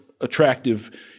attractive